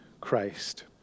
Christ